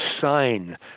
sign